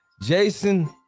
Jason